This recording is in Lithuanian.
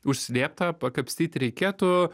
užslėpta pakapstyt reikėtų